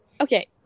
Okay